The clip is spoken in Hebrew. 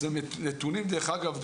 דרך אגב,